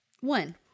One